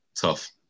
Tough